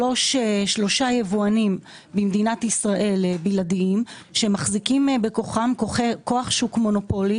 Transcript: שלושה יבואנים במדינת ישראל בלעדיים שמחזיקים בכוח שוק מונופולי